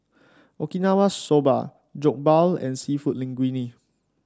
Okinawa Soba Jokbal and seafood Linguine